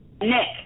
Nick